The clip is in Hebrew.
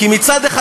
כי מצד אחד,